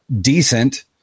decent